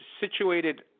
situated